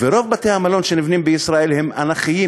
ורוב בתי-המלון שנבנים בישראל הם אנכיים,